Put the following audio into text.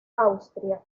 austria